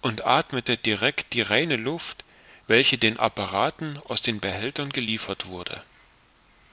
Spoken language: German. und athmete direct die reine luft welche den apparaten aus den behältern geliefert wurde